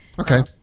Okay